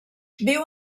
viu